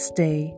Stay